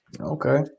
okay